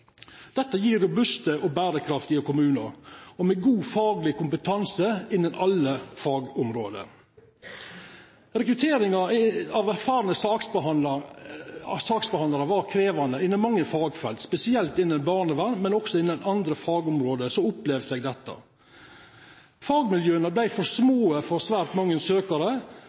Dette gir robuste og bærekraftige kommuner, med god faglig kompetanse innen alle fagområder. Rekrutteringen av erfarne saksbehandlere var krevende innen mange fagfelt. Spesielt innen barnevernet, men også innen andre fagområder opplevde jeg dette. Fagmiljøene ble for små for svært mange søkere,